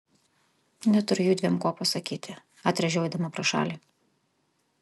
neturiu judviem ko pasakyti atrėžiau eidama pro šalį